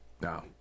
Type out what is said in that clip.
No